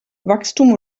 wachstum